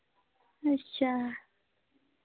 अच्छा